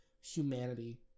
humanity